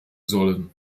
sollen